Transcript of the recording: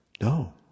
No